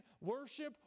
worship